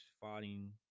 fighting